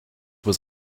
was